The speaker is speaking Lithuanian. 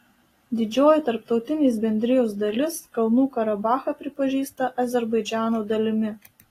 didžioji tarptautinės bendrijos dalis kalnų karabachą pripažįsta azerbaidžano dalimi